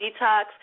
detox